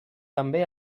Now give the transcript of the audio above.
també